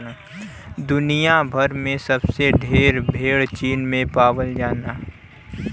दुनिया भर में सबसे ढेर भेड़ चीन में पावल जाला